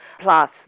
plus